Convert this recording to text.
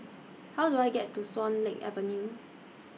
How Do I get to Swan Lake Avenue